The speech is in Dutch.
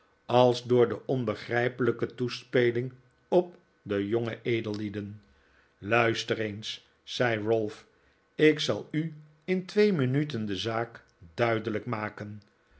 als door de onbegrijpelijke toespeling op de jonge edellieden luister eens zei ralph ik zal u in twee minuten de zaak duidelijk maken